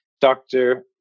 doctor